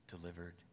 delivered